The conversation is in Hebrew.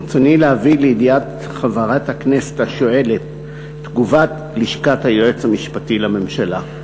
ברצוני להביא לידיעת חברת הכנסת השואלת תגובת לשכת היועץ המשפטי לממשלה: